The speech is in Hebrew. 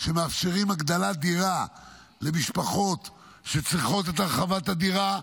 שמאפשרים הגדלת דירה למשפחות שצריכות את הרחבת הדירה,